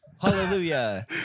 Hallelujah